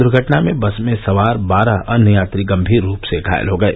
दुर्घटना में बस में सवार बारह अन्य यात्री गम्भीर रूप से घायल हो गये